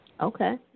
Okay